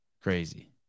Crazy